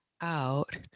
out